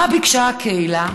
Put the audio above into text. מה ביקשה הקהילה,